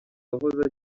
wahoze